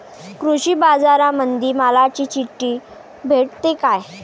कृषीबाजारामंदी मालाची चिट्ठी भेटते काय?